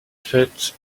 fait